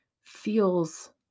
feels